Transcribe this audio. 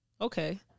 Okay